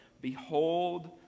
Behold